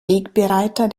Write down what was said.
wegbereiter